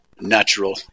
natural